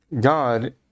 God